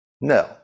No